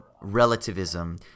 relativism